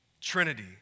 Trinity